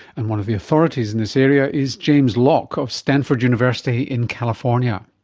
and one of the authorities in this area is james lock of stanford university in california.